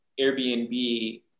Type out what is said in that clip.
Airbnb